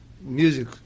music